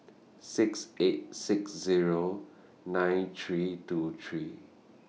six eight six Zero nine three two three